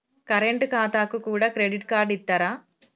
Current ఖాతాకు కూడా credit card ఇత్తరా?